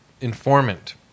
informant